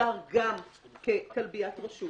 מוגדר גם ככלביית רשות